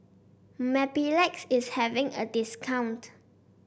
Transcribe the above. Mepilex is having a discount